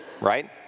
right